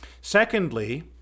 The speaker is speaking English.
Secondly